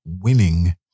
winning